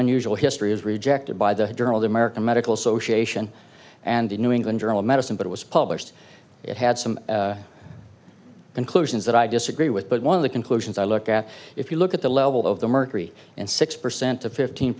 unusual history is rejected by the journal the american medical association and the new england journal of medicine but it was published it had some conclusions that i disagree with but one of the conclusions i look at if you look at the level of the mercury and six percent to fifteen